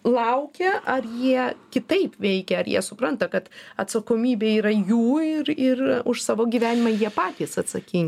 laukia ar jie kitaip veikia ar jie supranta kad atsakomybė yra jų ir ir už savo gyvenimą jie patys atsakingi